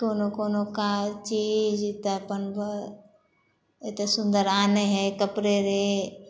कोनो कोनो काज चीज तऽ अपन एतेक सुन्दर आनै हइ कपड़े रे